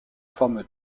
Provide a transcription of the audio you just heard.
forme